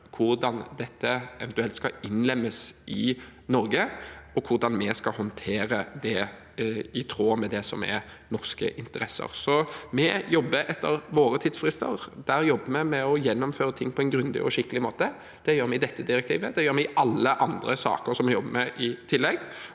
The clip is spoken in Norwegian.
hvordan dette eventuelt skal innlemmes i Norge, og hvordan vi skal håndtere det i tråd med det som er norske interesser. Så vi jobber etter våre tidsfrister. Der jobber vi med å gjennomføre ting på en grundig og skikkelig måte. Det gjør vi når det gjelder dette direktivet, det gjør vi i alle andre saker som vi jobber med i tillegg,